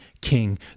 king